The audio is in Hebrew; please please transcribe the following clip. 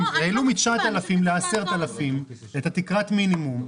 העלו מ-9,000 ל-10,000 את תקרת המינימום,